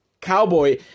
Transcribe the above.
cowboy